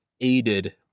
aided